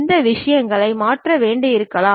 இந்த விஷயங்களை மாற்ற வேண்டியிருக்கலாம்